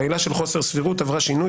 העילה של חוסר סבירות עברה שינוי